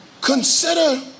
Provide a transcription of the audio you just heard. Consider